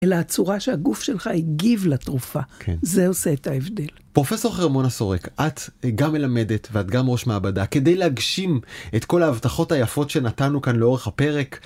אלא הצורה שהגוף שלך הגיב לתרופה. כן. זה עושה את ההבדל. פרופסור חרמונה סורק, את גם מלמדת ואת גם ראש מעבדה, כדי להגשים את כל ההבטחות היפות שנתנו כאן לאורך הפרק.